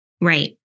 Right